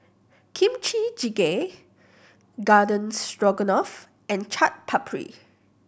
Kimchi Jjigae Garden Stroganoff and Chaat Papri